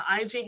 IG